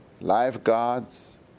lifeguards